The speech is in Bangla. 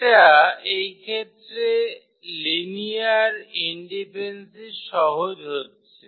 এটা এই ক্ষেত্রে লিনিয়ার ইন্ডিপেন্সির সহজ হচ্ছে